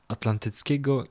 Atlantyckiego